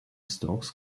stokes